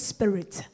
Spirit